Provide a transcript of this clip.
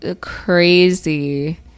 crazy